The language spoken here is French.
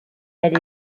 elle